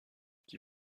qui